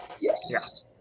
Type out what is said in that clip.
Yes